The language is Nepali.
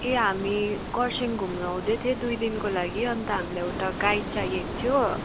ए हामी कर्सियङ घुम्नु आउँदै थिएँ दुई दिनको लागि अन्त हामीलाई एउटा गाइड चाहिएको थियो